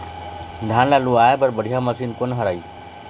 धान ला लुआय बर बढ़िया मशीन कोन हर आइ?